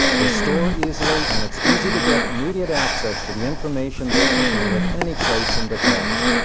they store easily and it's easy to get immediate access to the information they contain at any place in the text.